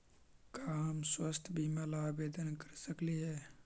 का हम स्वास्थ्य बीमा ला आवेदन कर सकली हे?